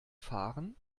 fahren